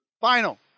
Final